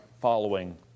following